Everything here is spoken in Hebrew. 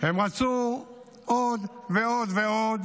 הם רצו עוד ועוד ועוד,